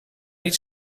niet